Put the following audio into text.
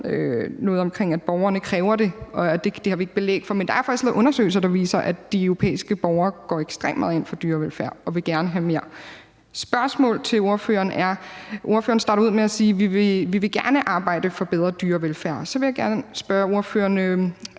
noget om, at borgerne kræver det, og det har vi ikke belæg for. Men der er faktiske nogle undersøgelser, der viser, at de europæiske borgere går ekstremt meget ind for dyrevelfærd og gerne vil have mere af det. Mit spørgsmål til ordføreren handler om, at ordføreren startede med at sige: Vi vil gerne arbejde for mere dyrevelfærd. Så vil jeg gerne spørge ordføreren: